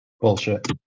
bullshit